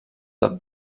del